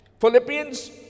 Philippians